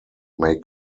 may